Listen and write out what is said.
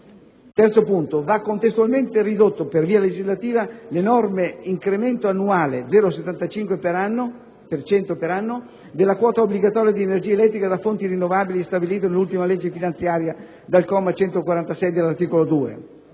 del Paese. Va contestualmente ridotto, per via legislativa, l'enorme incremento annuale (0,75 per cento per anno) della quota obbligatoria di energia elettrica da fonti rinnovabili stabilito nell'ultima legge finanziaria (comma 146 dell'articolo 2).